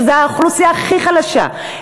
וזו האוכלוסייה הכי חלשה.